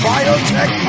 Biotech